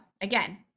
again